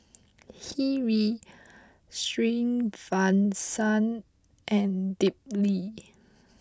Hri Srinivasa and Dilip